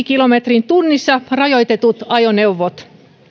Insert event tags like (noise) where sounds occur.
(unintelligible) kilometriin tunnissa rajoitetut ajoneuvot